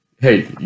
hey